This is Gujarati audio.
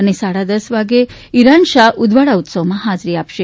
અને સાડા દસ કલાકે ઈરાનશાહ ઉદવાડા ઉત્સવમાં હાજરી આપશે